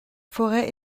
forêt